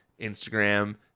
Instagram